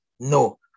No